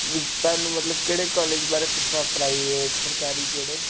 ਤੁਹਾਨੂੰ ਮਤਲਬ ਕਿਹੜੇ ਕਾਲਜ ਬਾਰੇ ਪ੍ਰਾਈਵੇਟ ਸਰਕਾਰੀ ਕਿਹੜੇ